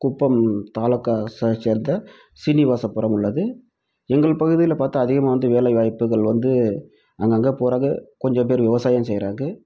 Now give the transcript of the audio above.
குப்பம் தாலுக்காவை சேர்ந்த சீனிவாசபுரம் உள்ளது எங்கள் பகுதியில் பார்த்தா அதிகமாக வந்து வேலை வாய்ப்புகள் வந்து அங்கங்கே போகிறாங்க கொஞ்சம் பேர் விவசாயம் செய்கிறாங்க